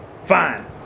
Fine